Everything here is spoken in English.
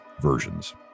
versions